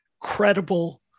credible